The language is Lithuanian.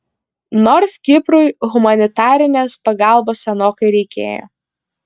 nors kiprui humanitarinės pagalbos senokai reikėjo